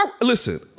Listen